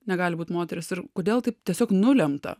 negali būt moteris ir kodėl taip tiesiog nulemta